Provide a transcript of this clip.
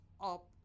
up